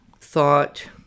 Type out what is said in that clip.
thought